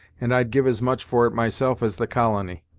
and i'd give as much for it myself as the colony.